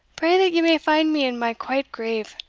pray that ye may find me in my quiet grave,